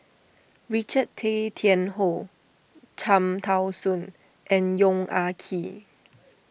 Richard Tay Tian Hoe Cham Tao Soon and Yong Ah Kee